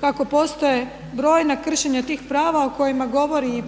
kako postoje brojna kršenja tih prava u kojima govori i